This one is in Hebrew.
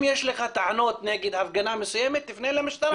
אם יש לך טענות נגד הפגנה מסוימת פנה למשטרה.